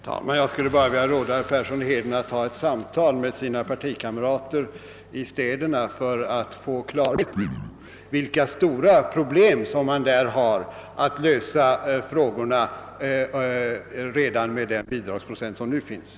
Herr talman! Jag skulle bara vilja råda herr Persson i Heden att ta ett samtal med sina partikamrater i städerna för att få klarhet om vilka stora problem man där har med att lösa frågorna redan med den bidragsprocent som nu tillämpas.